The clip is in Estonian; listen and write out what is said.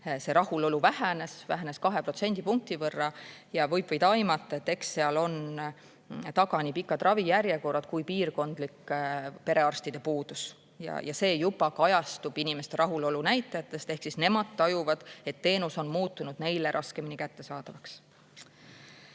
see rahulolu vähenes, vähenes 2% võrra ja võib aimata, et eks selle taga on nii pikad ravijärjekorrad kui ka piirkondlik perearstide puudus. See juba kajastub inimeste rahulolu näitajates ehk nemad tajuvad, et teenus on muutunud neile raskemini kättesaadavaks. Hea